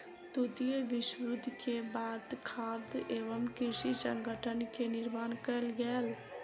द्वितीय विश्व युद्ध के बाद खाद्य एवं कृषि संगठन के निर्माण कयल गेल